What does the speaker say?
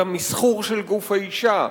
את המסחור של גוף האשה,